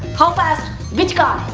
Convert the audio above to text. how fast? which car?